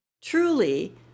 Truly